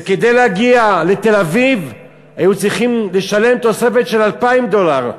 וכדי להגיע לתל-אביב היו צריכות לשלם תוספת של 2,000 דולר,